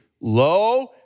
Lo